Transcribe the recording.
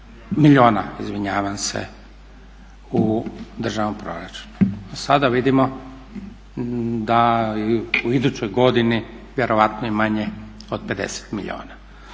milijuna u državnom proračunu. A sada vidimo da u idućoj godini vjerojatno je manje od 50 milijuna.